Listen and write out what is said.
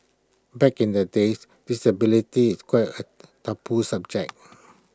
back in the days disability is quite A taboo subject